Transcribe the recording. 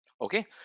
Okay